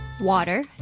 Water